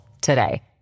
today